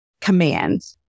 commands